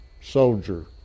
soldier